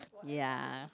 ya